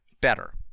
better